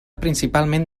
principalment